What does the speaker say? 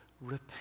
repent